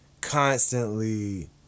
constantly